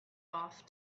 off